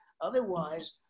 otherwise